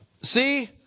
See